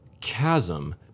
chasm